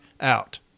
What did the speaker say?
out